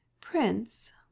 Prince